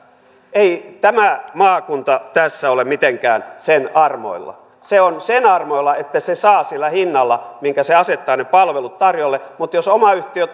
ei maakunta tässä ole mitenkään sen armoilla se on sen armoilla että se saa sillä hinnalla minkä se asettaa ne palvelut tarjolle mutta jos oma yhtiö